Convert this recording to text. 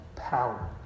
power